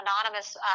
anonymous